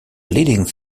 leading